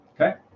Okay